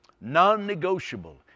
non-negotiable